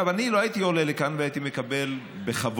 אני לא הייתי עולה לכאן והייתי מקבל בכבוד,